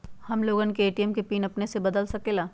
हम लोगन ए.टी.एम के पिन अपने से बदल सकेला?